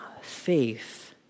faith